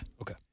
okay